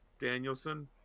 Danielson